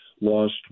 Lost